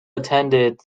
attended